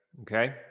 okay